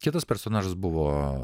kitas personažas buvo